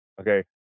okay